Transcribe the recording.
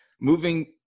moving